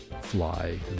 fly